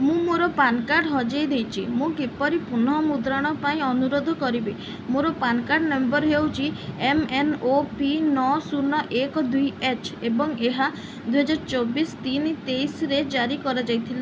ମୁଁ ମୋର PAN card ହଜାଇ ଦେଇଛି ମୁଁ କିପରି ପୁନଃମୁଦ୍ରଣ ପାଇଁ ଅନୁରୋଧ କରିବି ମୋର ପାନ୍ କାର୍ଡ଼ ନମ୍ବର ହେଉଛି ଏମ୍ ଏନ୍ ଓ ପି ନଅ ଶୂନ ଏକ ଦୁଇ ଏଚ୍ ଏବଂ ଏହା ଦୁଇ ହଜାର ଚବିଶ ତିନି ତେଇଶରେ ଜାରି କରାଯାଇଥିଲା